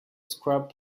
scrub